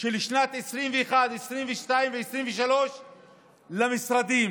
של 2021, 2022 ו-2023 למשרדים,